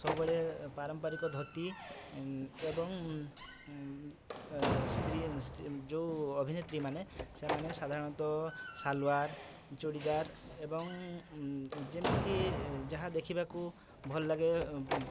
ସବୁବେଳେ ପାରମ୍ପରିକ ଧୋତି ଏବଂ ସ୍ତ୍ରୀ ଯେଉଁ ଅଭିନେତ୍ରୀମାନେ ସେମାନେ ସାଧାରଣତଃ ସାଲୁଆର୍ ଚୁଡ଼ିଦାର୍ ଏବଂ ଯେମିତିକି ଯାହା ଦେଖିବାକୁ ଭଲ ଲାଗେ